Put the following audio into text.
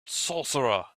sorcerer